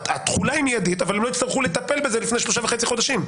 התחולה היא מיידית אבל הם לא יצטרכו לטפל בזה לפני שלושה וחצי חודשים.